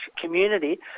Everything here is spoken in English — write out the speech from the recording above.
community